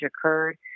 occurred